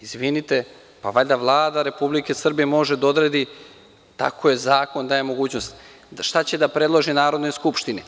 Izvinite, pa valjda Vlada Republike Srbije može da odredi, tako je, zakon daje mogućnost, šta će da predloži Narodnoj skupštini.